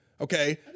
okay